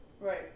right